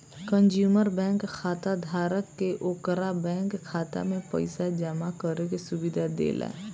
consumer bank खाताधारक के ओकरा बैंक खाता में पइसा जामा करे के सुविधा देला